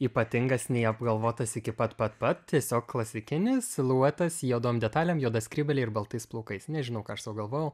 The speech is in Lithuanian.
ypatingas nei apgalvotas iki pat pat pat tiesiog klasikinis siluetas juodom detalėm juoda skrybėle ir baltais plaukais nežinau ką aš sau galvojau